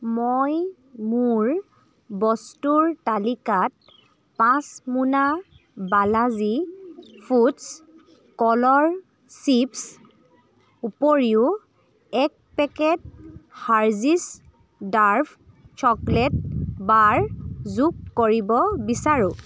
মই মোৰ বস্তুৰ তালিকাত পাঁচ মোনা বালাজী ফুডছ্ কলৰ চিপ্ছ উপৰিও এক packet Hershey's dark chocolate bar যোগ কৰিব বিচাৰোঁ